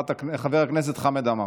חבר הכנסת חמד עמאר.